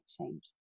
change